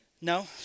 No